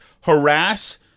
harass